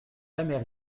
jamais